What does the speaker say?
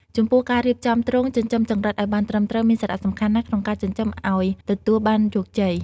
ចំពោះការរៀបចំទ្រុងចិញ្ចឹមចង្រិតឱ្យបានត្រឹមត្រូវមានសារៈសំខាន់ណាស់ក្នុងការចិញ្ចឹមឱ្យទទួលបានជោគជ័យ។